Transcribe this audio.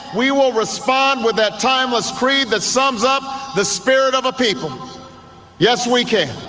we will respond with that timeless creed that sums up the spirit of a people yes we can.